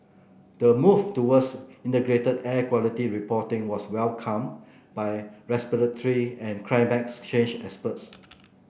the move towards integrated air quality reporting was welcomed by respiratory and climate change experts